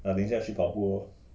ah 等一下去跑步 lor